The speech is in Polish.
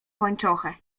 pończochę